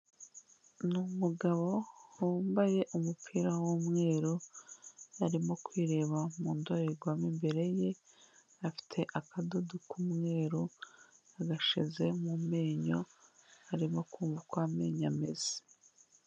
Ni umugabo, wambaye umupira w'umweru, arimo kwireba mu ndorerwamo imbere ye, afite akadodo k'umweru, agashize mu menyo, arimo kumva uko amenenyo ameze.